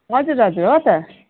हजुर हजुर हो त